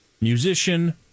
Musician